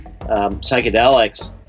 psychedelics